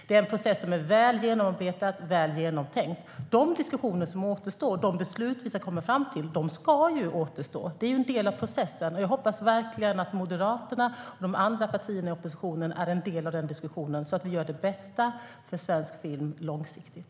Det är en väl genomarbetad och genomtänkt process. De diskussioner som återstår och de beslut vi ska komma fram till ska återstå. Det är en del av processen. Jag hoppas verkligen att Moderaterna och de andra partierna i oppositionen är en del av denna diskussion så att vi gör det bästa för svensk film långsiktigt.